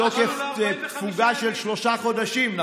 תפוגה של שלושה חודשים,